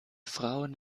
frauen